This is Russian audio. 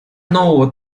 нового